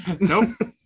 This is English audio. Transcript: Nope